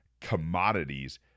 commodities